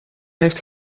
heeft